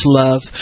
love